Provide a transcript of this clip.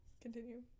continue